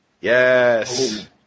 Yes